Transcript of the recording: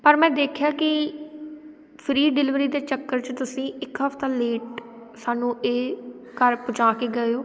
ਪਰ ਮੈਂ ਦੇਖਿਆ ਕਿ ਫਰੀ ਡਿਲੀਵਰੀ ਦੇ ਚੱਕਰ 'ਚ ਤੁਸੀਂ ਇੱਕ ਹਫਤਾ ਲੇਟ ਸਾਨੂੰ ਇਹ ਘਰ ਪਹੁੰਚਾ ਕੇ ਗਏ ਹੋ